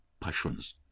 passions